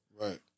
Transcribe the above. right